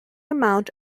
amount